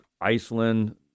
Iceland